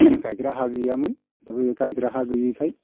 गायग्रा हा गैयामोन दा बे गायग्रा हा गैयैखाय